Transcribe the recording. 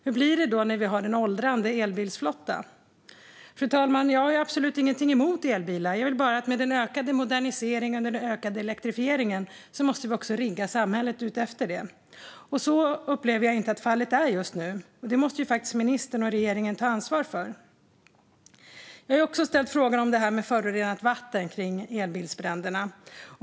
Hur blir det då när vi har en åldrande elbilsflotta? Fru talman! Jag har absolut inget emot elbilar; jag vill bara att vi med den ökade moderniseringen och ökade elektrifieringen riggar samhället efter detta. Så upplever jag inte att fallet är just nu, och det måste faktiskt ministern och regeringen ta ansvar för. Jag har också ställt frågan om det här med förorenat vatten vid elbilsbränderna.